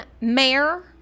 Mayor